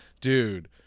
Dude